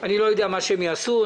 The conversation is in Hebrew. אני לא יודע מה הם יעשו.